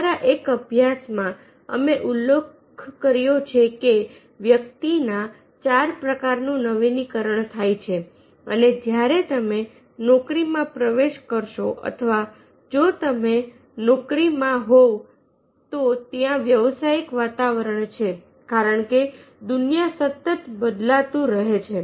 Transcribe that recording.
અમારા એક અભ્યાસમાં અમે ઉલ્લેખ કર્યો છે કે વ્યક્તિના ચાર પ્રકારનું નવીનીકરણ થાય છે અને જ્યારે તમે નોકરી માં પ્રવેશ કરશો અથવા જો તમે નોકરીમાં હોવ તો ત્યાં વ્યવસાયિક વાતાવરણ છે કારણકે દુનિયા સતત બદલતું રહે છે